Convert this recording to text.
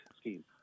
scheme